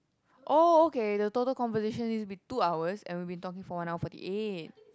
oh okay the total conversation is been two hours and we've been talking for an hour forty eight